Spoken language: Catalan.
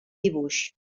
dibuix